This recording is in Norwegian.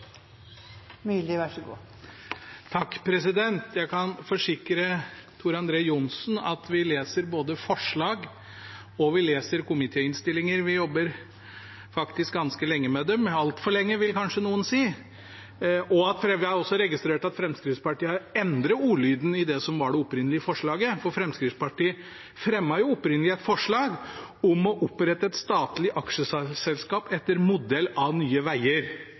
Jeg kan forsikre Tor André Johnsen om at vi leser både forslag og komitéinnstillinger. Vi jobber faktisk ganske lenge med dem – altfor lenge vil kanskje noen si. Vi har registrert at Fremskrittspartiet har endret ordlyden i det som var det opprinnelige forslaget. Fremskrittspartiet fremmet opprinnelig et forslag om å opprette et statlig aksjeselskap etter modell av Nye Veier,